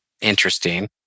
interesting